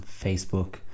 facebook